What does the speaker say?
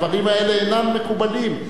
הדברים האלה אינם מקובלים.